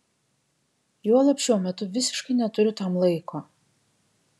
juolab šiuo metu visiškai neturiu tam laiko